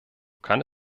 kann